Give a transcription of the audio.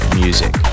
music